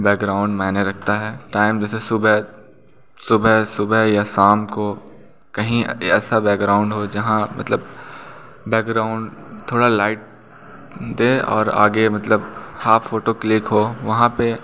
background मायने रखता हैं टाइम जैसे सूबह सूबह सूबह या शाम को कहीं ऐसा बैकग्राउंड हो जहाँ मतलब बैकग्राउंड थोड़ा लाइट दे और आगे मतलब हाफ़ फ़ोटो क्लिक हो वहाँ पर